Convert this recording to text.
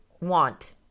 want